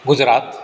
Gujarat